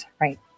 right